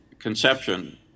conception